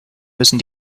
müssen